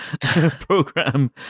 program